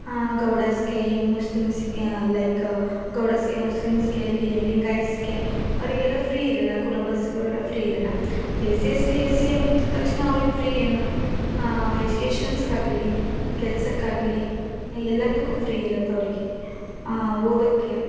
ಗೌಡಾಸ್ಗೆ ಮುಸ್ಲಿಮ್ಸ್ಗೆ ಲೈಕ್ ಗೌಡಾಸ್ಗೆ ಮುಸ್ಲಿಮ್ಸ್ಗೆ ಲಿಂಗಾಯತ್ಸ್ಗೆ ಅವರಿಗೆಲ್ಲ ಫ್ರೀ ಇರಲ್ಲ ಕುರುಬಾಸ್ ಇವರೆಲ್ಲ ಫ್ರೀ ಇರಲ್ಲ S C S T S C ಅಂದ ತಕ್ಷಣ ಅವರಿಗೆ ಫ್ರೀ ಏನು ಎಜುಕೇಶನ್ಸ್ಗಾಗಲೀ ಕೆಲ್ಸಕ್ಕಾಗಲೀ ಎಲ್ಲದಕ್ಕೂ ಫ್ರೀ ಇರತ್ತವ್ರಿಗೆ ಓದೋಕ್ಕೆ